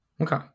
Okay